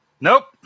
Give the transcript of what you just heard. Nope